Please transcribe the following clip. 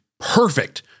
Perfect